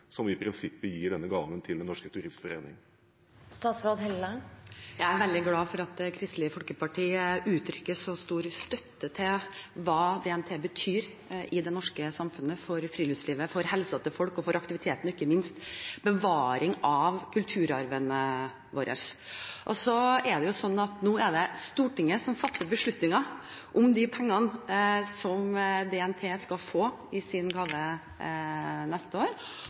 som i prinsippet gir denne gaven til Den Norske Turistforening? Jeg er veldig glad for at Kristelig Folkeparti uttrykker så stor støtte til hva DNT betyr i det norske samfunnet, for friluftslivet, for helsen til folk og for aktiviteten, ikke minst – for bevaring av kulturarven vår. Nå er det jo Stortinget som fatter beslutninger om de pengene DNT skal få i gave neste år,